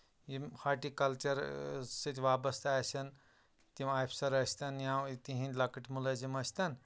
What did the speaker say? یِم ہاٹیکلچر سۭتۍ وابَستہٕ آسن تِم آفیسر ٲسۍتَن یا تِہٕنٛدۍ لۅکٔٹۍ مُلٲزِم ٲسۍتَن